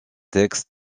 textes